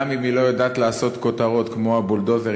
גם אם היא לא יודעת לעשות כותרות כמו הבולדוזרים,